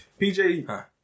PJ